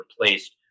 replaced